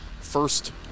first